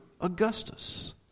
Augustus